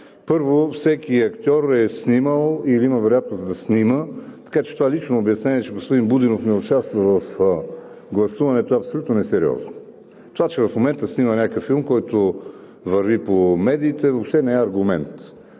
Първо, всеки актьор е снимал или има вероятност да снима, така че това лично обяснение, че господин Будинов не участва в гласуването е абсолютно несериозно. Това че в момента снима някакъв филм, който върви по медиите, въобще не е аргумент.